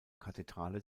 kathedrale